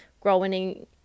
growing